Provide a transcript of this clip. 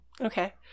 Okay